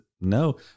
no